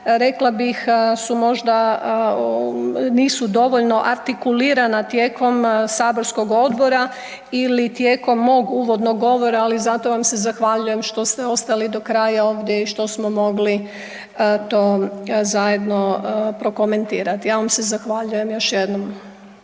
rekla bih možda nisu dovoljno artikulirana tijekom saborskog odbora ili tijekom mog uvodnog govora, ali zato vam se zahvaljujem što ste ostali do kraja ovdje i što smo mogli to zajedno prokomentirati. Ja vam se zahvaljujem još jednom.